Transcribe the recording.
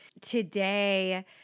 Today